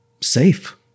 safe